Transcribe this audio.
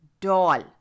Doll